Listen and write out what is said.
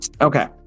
Okay